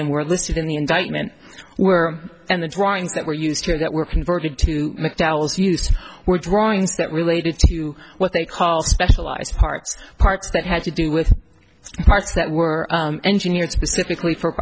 and were listed in the indictment were and the drawings that were used during that were converted to mcdowell's use were drawings that related to what they call specialized parts parts that had to do with parts that were engineers specifically